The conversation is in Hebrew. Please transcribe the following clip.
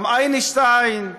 גם איינשטיין.